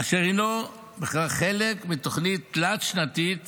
אשר הינו חלק מתוכנית תלת-שנתית